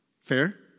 Fair